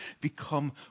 become